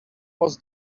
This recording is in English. was